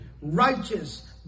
righteous